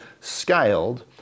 scaled